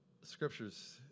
Scriptures